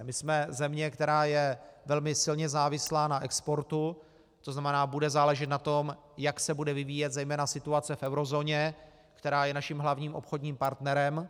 My jsme země, která je velmi silně závislá na exportu, tzn. bude záležet na tom, jak se bude vyvíjet zejména situace v eurozóně, která je naším hlavním obchodním partnerem.